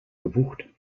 gebucht